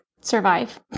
survive